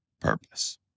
purpose